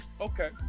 Okay